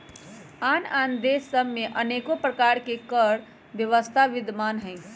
आन आन देश सभ में अनेक प्रकार के कर व्यवस्था विद्यमान हइ